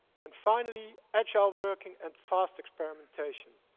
and finally agile working and fast experimentation